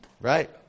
Right